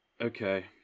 Okay